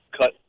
cut